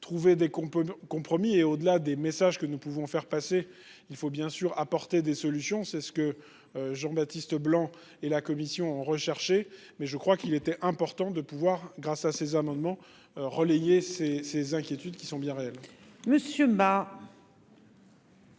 qu'on peut compromis et au-delà des messages que nous pouvons faire passer, il faut bien sûr apporter des solutions, c'est ce que. Jean-Baptiste Leblanc et la Commission recherché mais je crois qu'il était important de pouvoir grâce à ces amendements relayer ces ces inquiétudes qui sont bien réels. Monsieur bas.